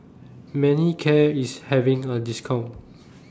Manicare IS having A discount